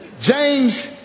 James